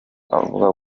avuga